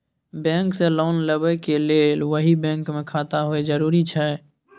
Bank से loan लेबै के लेल वही बैंक मे खाता होय जरुरी छै?